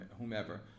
whomever